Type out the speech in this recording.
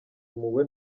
impuhwe